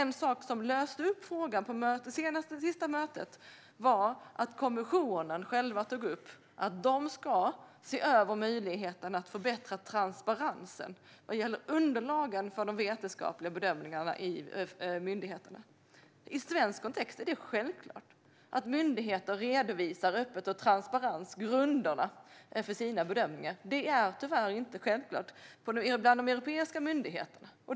Något som löste upp frågan på det senaste mötet var att kommissionen själv tog upp att man ska se över möjligheten att förbättra transparensen vad gäller underlagen för de vetenskapliga bedömningarna i myndigheterna. I svensk kontext är det självklart att myndigheter öppet och transparent redovisar grunderna för sina bedömningar. Det är tyvärr inte självklart bland de europeiska myndigheterna.